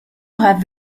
have